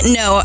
no